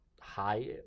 high